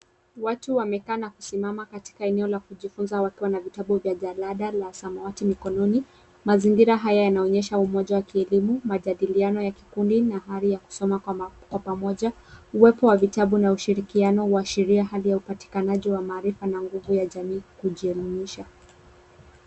Watu wamekaa na kusimama katika eneo la kujifunza wakiwa na vitabu vya jalada la samawati mikononi. Mazingira haya yanaonyesha umoja wa kielimu, majadiliano ya kikundi na hali ya kusoma kwa pamoja, uwepo wa vitabu na ushirikiano kuashiria hali ya upatikanaji wa maarifa na nguvu ya kijamii kujielimisha.